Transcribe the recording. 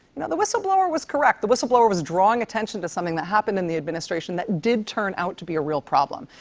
now, the whistleblower was correct. the whistleblower was drawing attention to something that happened in the administration that did turn out to be a real problem.